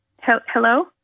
hello